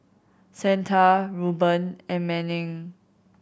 santa Reuben and Manning